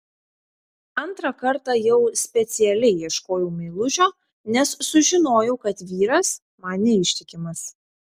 antrą kartą jau specialiai ieškojau meilužio nes sužinojau kad vyras man neištikimas